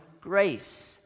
grace